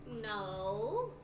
No